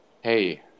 Hey